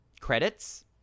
credits